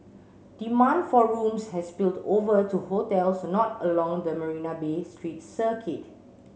demand for rooms has spilled over to hotels not along the Marina Bay street circuit